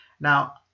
Now